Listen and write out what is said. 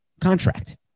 contract